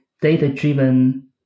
data-driven